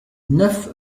neuf